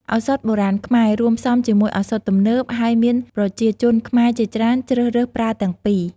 ឱសថបុរាណខ្មែររួមផ្សំជាមួយឱសថទំនើប ហើយមានប្រជាជនខ្មែរជាច្រើនជ្រើសរើសប្រើទាំងពីរ។